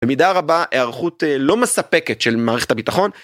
במידה רבה הערכות לא מספקת של מערכת הביטחון.